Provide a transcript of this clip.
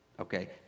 okay